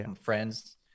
friends